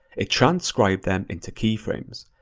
it transcribed them into keyframes.